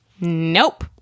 Nope